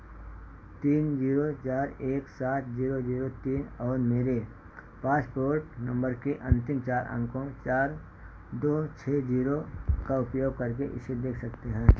तीन जीरो चार एक सात जीरो जीरो तीन और मेरे पासपोर्ट नंबर के अंतिम चार अंकों चार दो छः जीरो का उपयोग करके उसे देख सकते हैं